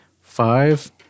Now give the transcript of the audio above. five